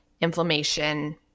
inflammation